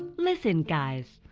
listen, guys,